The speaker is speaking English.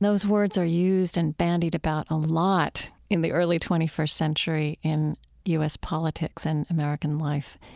those words are used and bandied about a lot in the early twenty first century in u s. politics and american life.